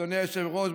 אדוני היושב-ראש,